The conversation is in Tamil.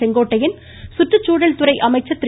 செங்கோட்டையன் சுற்றுச்சூழல்துறை அமைச்சர் திரு